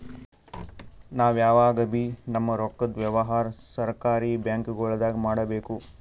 ನಾವ್ ಯಾವಗಬೀ ನಮ್ಮ್ ರೊಕ್ಕದ್ ವ್ಯವಹಾರ್ ಸರಕಾರಿ ಬ್ಯಾಂಕ್ಗೊಳ್ದಾಗೆ ಮಾಡಬೇಕು